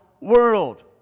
world